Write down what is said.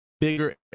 bigger